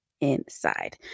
inside